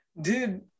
Dude